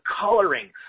coloring